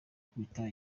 gukubita